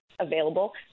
available